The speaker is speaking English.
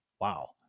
Wow